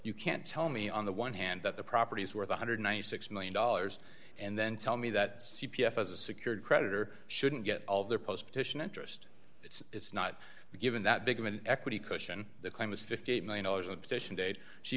you can't tell me on the one hand that the property is worth one hundred and ninety six million dollars and then tell me that c p s as a secured creditor shouldn't get all their post petition interest it's not a given that big of an equity cushion the claim was fifty eight one million dollars